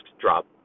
drop